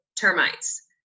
termites